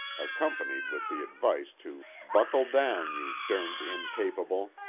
accompanied with the advice to buckle down, you derned incapable!